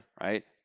Right